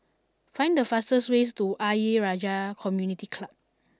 Find the fastest way to Ayer Rajah Community Club